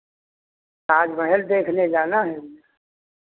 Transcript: ताज़महल देखने जाना है